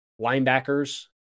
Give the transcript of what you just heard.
linebackers